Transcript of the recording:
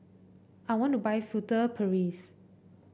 I want to buy Furtere Paris